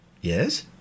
Yes